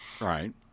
Right